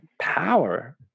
power